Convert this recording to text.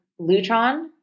Lutron